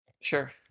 Sure